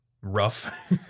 rough